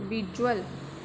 visual